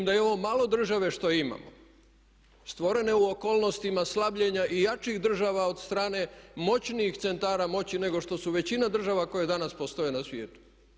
Vidim da i ovo malo države što imamo stvorene u okolnostima slabljenja i jačih država od strane moćnijih centara moći nego što su većina država koje danas postoje na svijetu.